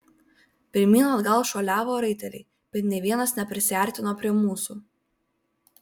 pirmyn atgal šuoliavo raiteliai bet nė vienas neprisiartino prie mūsų